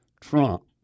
trump